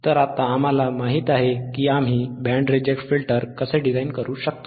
तर आता आम्हाला माहित आहे की आम्ही बँड रिजेक्ट फिल्टर कसे डिझाइन करू शकतो